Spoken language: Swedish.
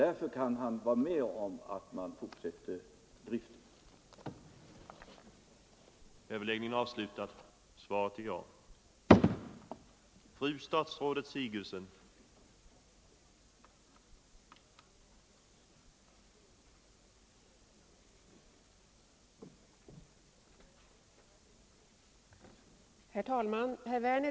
Därför kan han vara med om att man fortsätter driften.